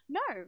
no